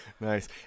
Nice